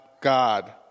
God